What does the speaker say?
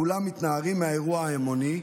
כולם מתנערים מהאירוע ההמוני,